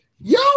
yo